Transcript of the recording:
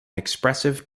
expressive